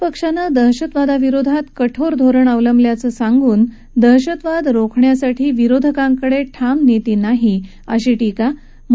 आपल्या पक्षानं दहशतवादाविरोधात कठोर धोरण अवलंबल्याचं सांगून दहशतवाद रोखण्यासाठी विरोधकांकडविम नीती नाही अशी टिका त्यांनी कळी